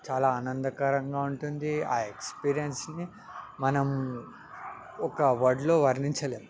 చాలా ఆనందకరంగా ఉంటుంది ఆ ఎక్స్పీరియన్స్ని మనం ఒక వర్డ్లో వర్ణించలేం